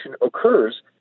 occurs